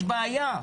יש בעיה.